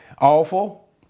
awful